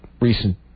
recent